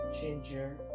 ginger